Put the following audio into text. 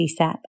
CSAP